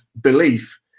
belief